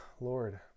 Lord